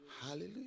Hallelujah